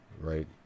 right